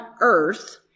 earth